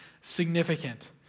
significant